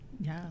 Yes